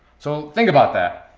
so think about that.